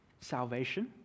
salvation